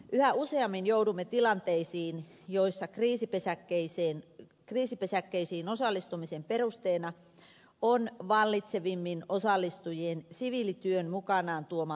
yhä useammin joudumme tilanteisiin joissa kriisipesäkkeisiin osallistumisen perusteena on vallitsevimmin osallistujien siviilityön mukanaan tuoma asiantuntemus